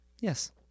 Yes